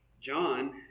John